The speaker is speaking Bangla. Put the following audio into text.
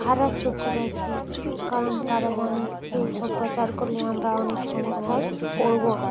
খারাপ চোখে দেখে কারণ তারা জানে এই সব প্রচার করলে আমরা অনেক সমস্যায় পড়বো